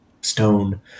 stone